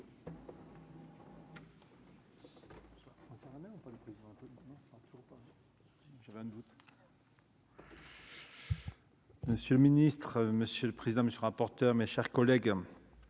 Monsieur le ministre, monsieur le président, monsieur rapporteur, mes chers collègues,